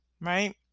right